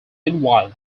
meanwhile